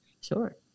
Sure